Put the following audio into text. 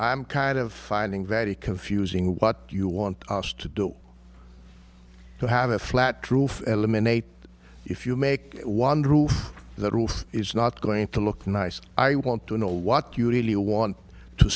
i'm kind of finding very confusing what do you want us to do to have a flat roof eliminate if you make one roof the roof is not going to look nice i want to know what you really want to